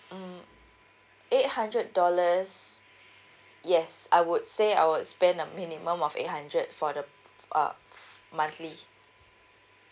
mm eight hundred dollars yes I would say I would spend a minimum of eight hundred for the uh monthly